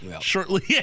shortly